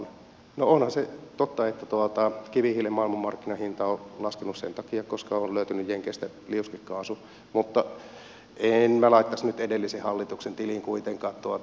no onhan se totta että kivihiilen maailmanmarkkinahinta on laskenut sen takia että jenkeistä on löytynyt liuskekaasu mutta en minä laittaisi nyt edellisen hallituksen tiliin kuitenkaan tuota